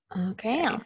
Okay